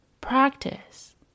Practice